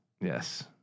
Yes